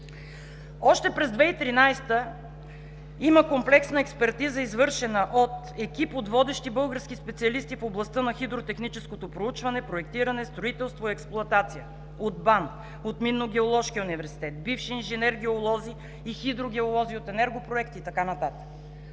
Още през 2013-а има комплексна експертиза, извършена от екип от водещи български специалисти в областта на хидротехническото проучване, проектиране, строителство и експлоатация от БАН, от Минно-геоложкия университет, бивши инженер-геолози и хидрогеолози от „Енергопроект“ и така нататък.